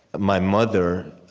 my mother,